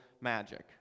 magic